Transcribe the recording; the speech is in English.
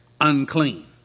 unclean